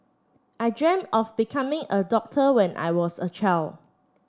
I dreamt of becoming a doctor when I was a child